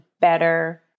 better